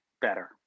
better